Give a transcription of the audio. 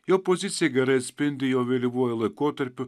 jo poziciją gerai atspindi jo vėlyvuoju laikotarpiu